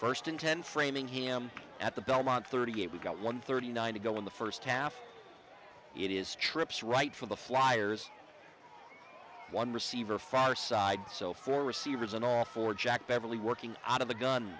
first in ten framingham at the belmont thirty eight we've got one thirty nine to go in the first half it is trips right for the flyers one receiver far side so for receivers and all for jack beverly working out of the gun